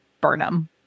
Burnham